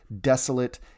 desolate